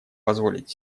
позволить